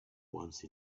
once